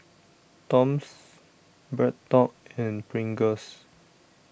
Toms BreadTalk and Pringles